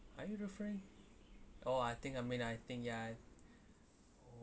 are you referring oh I think I mean I think ya